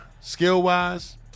Skill-wise